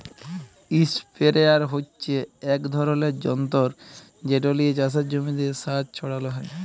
ইসপেরেয়ার হচ্যে এক ধরলের যন্তর যেট লিয়ে চাসের জমিতে সার ছড়ালো হয়